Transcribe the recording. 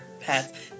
pets